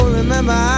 remember